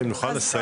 אם נוכל נסייע,